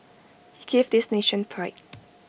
he gave this nation pride